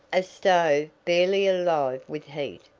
a stove, barely alive with heat,